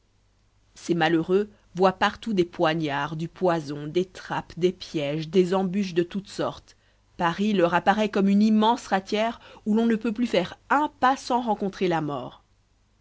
ces malheureux voient partout des poignards du poison des trappes des pièges des embûches de toute sorte paris leur apparaît comme une immense ratière où l'on ne peut plus faire un pas sans rencontrer la mort